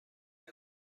بود